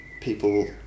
people